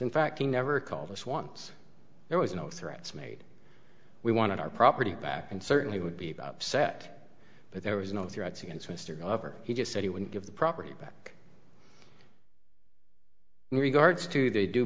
in fact he never called us once there was no threats made we wanted our property back and certainly would be upset but there was no threats against mr glover he just said he wouldn't give the property back in regards to the due